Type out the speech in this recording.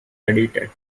edited